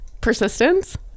Persistence